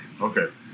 okay